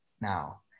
now